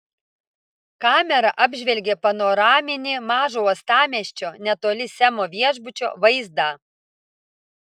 kamera apžvelgė panoraminį mažo uostamiesčio netoli semo viešbučio vaizdą